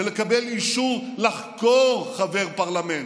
ולקבל אישור לחקור חבר פרלמנט.